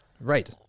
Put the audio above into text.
Right